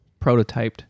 prototyped